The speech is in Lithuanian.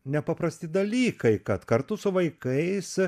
nepaprasti dalykai kad kartu su vaikais